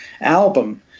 album